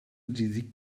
die